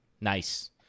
Nice